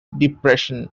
depression